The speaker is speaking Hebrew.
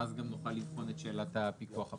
ואז גם נוכל לבחון את שאלת הפיקוח הפרלמנטרי.